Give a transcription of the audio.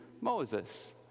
Moses